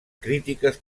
crítiques